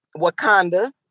Wakanda